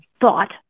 thought